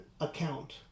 account